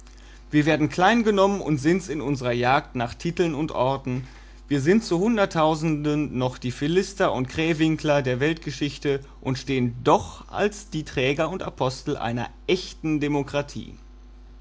wir werden klein genommen und sind's in unsrer jagd nach titeln und orden wir sind zu hunderttausenden noch die philister und krähwinkler der weltgeschichte und stehen doch da als die träger und apostel einer echten demokratie